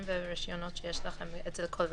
והרשיונות שיש לכם אצל כל רגולטור.